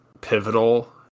pivotal